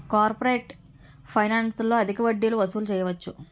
corporate ఫైనాన్స్లో అధిక వడ్డీలు వసూలు చేయవచ్చు